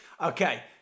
Okay